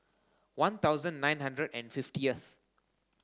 one thousand nine hundred and fiftieth